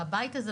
והבית הזה,